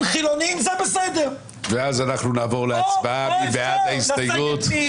חילוניים --- נצביע על הסתייגות 256. מי בעד?